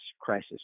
crisis